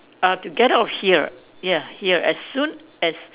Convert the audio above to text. uh to get out of here ya here as soon as